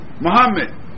Muhammad